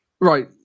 right